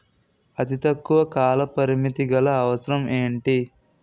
అతి తక్కువ కాల పరిమితి గల అవసరం ఏంటి